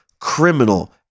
criminal